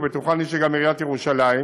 ובטוחני שגם עיריית ירושלים,